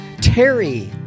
Terry